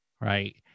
Right